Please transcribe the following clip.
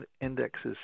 indexes